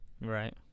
Right